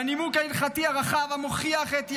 והנימוק ההלכתי הרחב המוכיח את יהדותם.